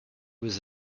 was